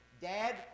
Dad